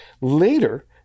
Later